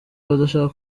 abadashaka